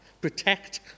protect